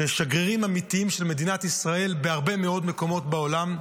שגרירים אמיתיים של מדינת ישראל בהרבה מאוד מקומות בעולם.